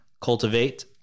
cultivate